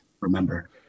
remember